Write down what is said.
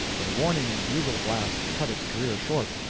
but a warning bugle-blast cut its career short.